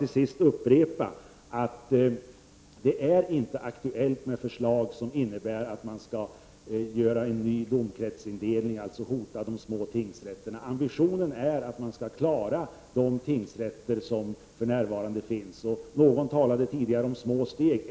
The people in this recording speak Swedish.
Till sist vill jag upprepa att det inte är aktuellt med något förslag, som innebär att man skall genomföra en ny domkretsindelning och därmed hota de små tingsrätterna. Ambitionen är att man skall behålla de tingsrätter som för närvarande finns. Någon talade tidigare om små steg.